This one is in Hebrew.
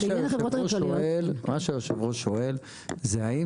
בעניין החברות הכלכליות --- מה שיושב הראש שואל זה האם